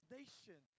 nation